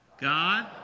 God